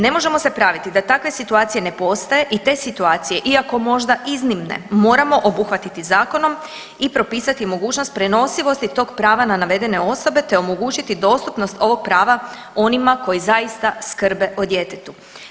Ne možemo se praviti da takve situacije ne postoje i te situacije iako možda iznimne moramo obuhvatiti zakonom i propisati mogućnost prenosivosti tog prava na navedene osobe, te omogućiti dostupnost ovog prava onima koji zaista skrbe o djetetu.